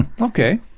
Okay